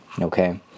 okay